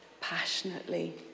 passionately